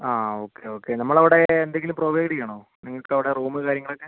ആ okay okay നമ്മൾ അവിടെ എന്തെങ്കിലും പ്രൊവൈഡ് ചെയ്യണോ നിങ്ങൾക്ക് അവിടെ റൂം കാര്യങ്ങളൊക്കെ